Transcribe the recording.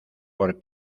por